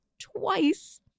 twice